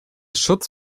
schutz